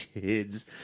kids